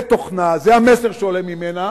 זה תוכנה, זה המסר שעולה ממנה.